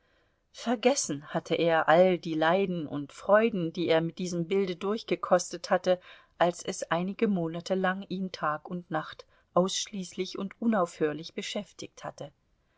vergessen hatte er all die leiden und freuden die er mit diesem bilde durchgekostet hatte als es einige monate lang ihn tag und nacht ausschließlich und unaufhörlich beschäftigt hatte